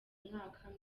umwaka